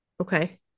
Okay